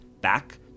back